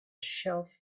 shelf